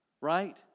right